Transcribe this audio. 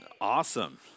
Awesome